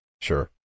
Sure